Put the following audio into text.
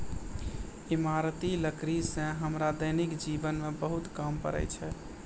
इमारती लकड़ी सें हमरा दैनिक जीवन म बहुत काम पड़ै छै